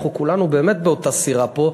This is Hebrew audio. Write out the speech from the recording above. אנחנו כולנו באמת באותה סירה פה.